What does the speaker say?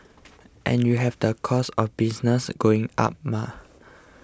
and you have the costs of business going up mah